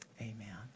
Amen